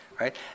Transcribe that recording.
right